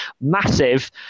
massive